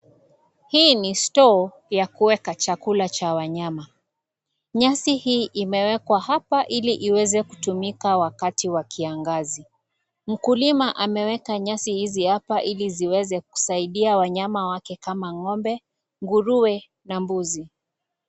Hii ni store ya kuweka chakula cha wanyama. Nyasi hii, imewekwa hapa ili iweze kutumia wakati wa kiangazi. Mkulima ameweka nyasi hizi hapa, ili ziweze kusaidia wanyama wake kama, ng'ombe, nguruwe na mbuzi.